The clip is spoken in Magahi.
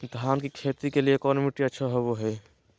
धान की खेती के लिए कौन मिट्टी अच्छा होबो है?